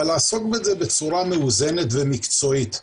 אבל לעסוק בזה בצורה מאוזנת ומקצועית.